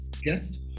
guest